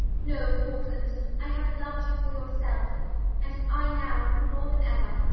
no, faulkland, i have loved you for yourself and if i now, more than ever,